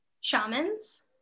shamans